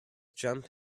jump